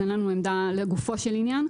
אז אין לנו עמדה לגופו של עניין.